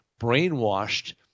brainwashed